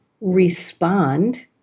respond